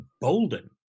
Bolden